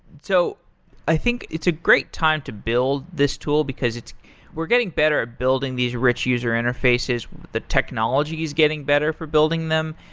so i think it's a great time to build this tool, because we're getting better at building these rich user interfaces, the technology is getting better for building them,